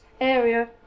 area